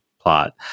plot